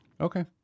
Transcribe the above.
Okay